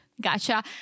Gotcha